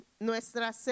nuestra